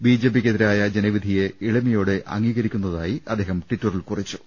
B ജെ പിക്കെതിരായ ജനവിധിയെ എളിമയോടെ അംഗീകരിക്കുന്നതായി അദ്ദേഹം ട്വിറ്ററിൽ കുറിച്ചു